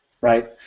right